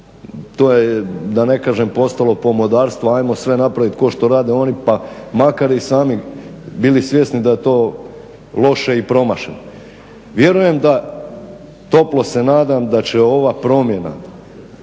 to je da ne kažem postalo pomodarstvo, ajmo sve napraviti kao što rade oni pa makar i sami bili svjesni da to loše i promašeno. Vjerujem da, toplo se nadam da će ova promjena